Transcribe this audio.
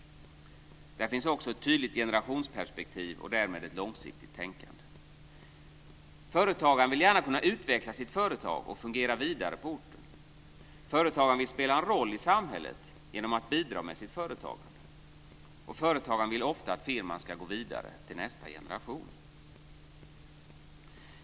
Där finns också ett tydligt generationsperspektiv och därmed ett långsiktigt tänkande. Företagaren vill gärna kunna utveckla sitt företag och fungera vidare på orten. Företagaren vill spela en roll i samhället genom att bidra med sitt företagande. Företagaren vill ofta att firman ska gå vidare till nästa generation.